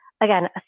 Again